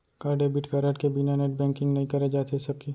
का debit card के बिना नेट बैंकिंग नई करे जाथे सके?